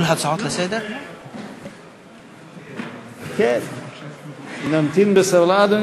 נמתין בסבלנות.